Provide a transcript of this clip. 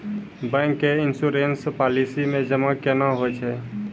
Bank के insurance policy मे जमा केना होय छै?